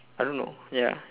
I don't know ya